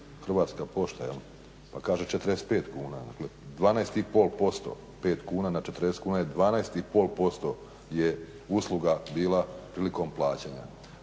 Hrvatska pošta je li, pa kaže 45 kuna, dakle 12,5% 5 kuna na 40 kuna je 12,5% je usluga bila prilikom plaćanja.